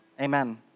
Amen